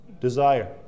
desire